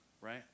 Right